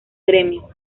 gremio